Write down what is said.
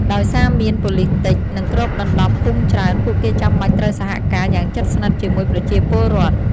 ដោយសារមាន ប៉ូលិសតិច និងគ្របដណ្ដប់ភូមិច្រើន ពួកគេចាំបាច់ត្រូវសហការយ៉ាងជិតស្និទ្ធជាមួយប្រជាពលរដ្ឋ។